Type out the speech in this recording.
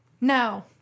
No